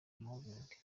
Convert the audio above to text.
movement